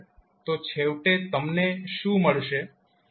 તો છેવટે તમને શું મળશે